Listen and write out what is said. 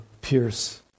pierce